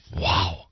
Wow